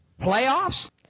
Playoffs